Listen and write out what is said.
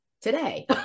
today